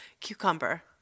cucumber